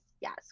yes